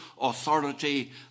authority